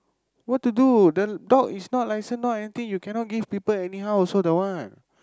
what to do the dog is not licensed not anything you cannot give people anyhow also the one